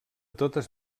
totes